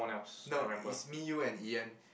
no it's me you and Ian